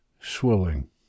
Swilling